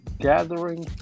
gathering